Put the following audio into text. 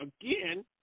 again